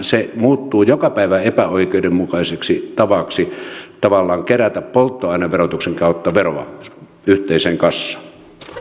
se muuttuu joka päivä epäoikeudenmukaiseksi tavaksi tavallaan kerätä polttoaineverotuksen kautta veroa yhteiseen kassaan